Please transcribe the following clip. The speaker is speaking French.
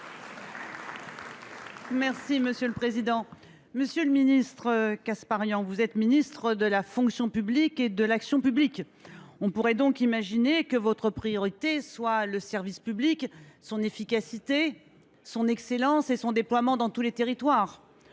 et Républicain. Monsieur Guillaume Kasbarian, vous êtes ministre de la fonction publique et de l’action publique. On pourrait donc imaginer que votre priorité soit le service public, son efficacité, son excellence et son déploiement dans tous les territoires.